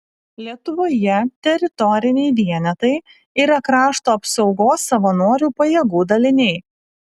lietuvoje teritoriniai vienetai yra krašto apsaugos savanorių pajėgų daliniai